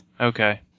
okay